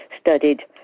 studied